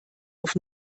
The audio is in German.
auf